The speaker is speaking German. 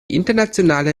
internationale